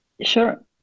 Sure